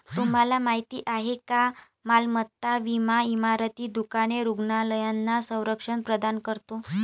तुम्हाला माहिती आहे का मालमत्ता विमा इमारती, दुकाने, रुग्णालयांना संरक्षण प्रदान करतो